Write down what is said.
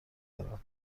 دارن